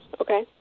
Okay